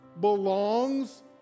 belongs